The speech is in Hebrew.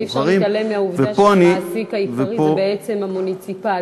אבל אי-אפשר להתעלם מהעובדה שהמעסיק העיקרי זה בעצם המוניציפלי,